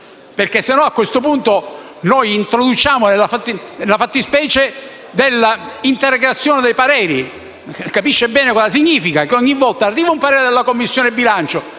Altrimenti, a questo punto, noi introduciamo la fattispecie dell'integrazione dei pareri. Lei capisce bene cosa significa: ogni volta arriva un parere della Commissione bilancio,